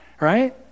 right